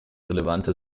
relevante